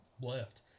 left